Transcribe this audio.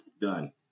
done